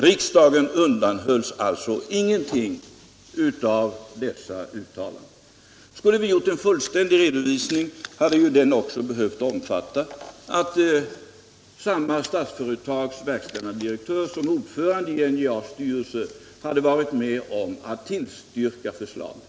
Riksdagen undanhölls alltså ingenting av dessa uttalanden. Skulle vi ha gjort en fullständig redovisning hade den också behövt omfatta att samma Statsföretags verkställande direktör, som var ordförande i NJA:s styrelse, hade varit med om att där tillstyrka förslaget.